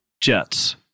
Jets